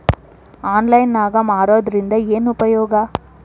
Online ನಾಗ್ ಮಾರೋದ್ರಿಂದ ಏನು ಉಪಯೋಗ?